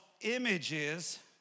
images